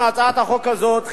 עם הצעת החוק הזאת,